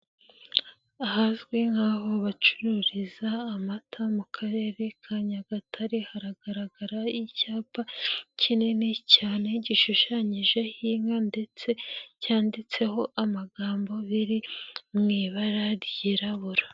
Ahazwi nk'aho bacururiza amata mu Karere ka Nyagatare hagaragara icyapa kinini cyane gishushanyijeho inka ndetse cyanditseho amagambo biri mu ibara ryirabura.